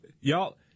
y'all